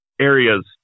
areas